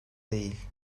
değil